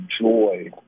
joy